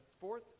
fourth